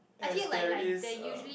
as there is uh